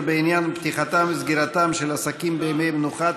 בעניין פתיחתם וסגירתם של עסקים בימי מנוחה),